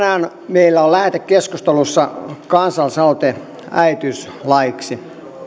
meillä on lähetekeskustelussa kansalaisaloite äitiyslaiksi